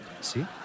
See